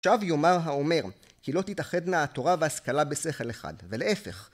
עכשיו יומר האומר, כי לא תתאחדנה התורה וההשכלה בשכל אחד, ולהפך